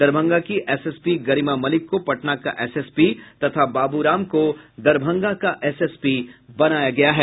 दरभंगा की S S P Garima Malik को पटना का एसएसपी तथा बाबू राम को दरभंगा का एसएसपी बनाया गया है